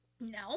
No